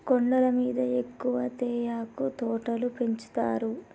కొండల మీద ఎక్కువ తేయాకు తోటలు పెంచుతారు